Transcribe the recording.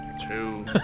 two